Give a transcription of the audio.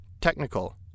Technical